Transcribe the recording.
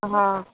हँ